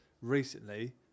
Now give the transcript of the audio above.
recently